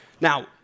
Now